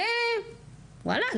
זה וואלה,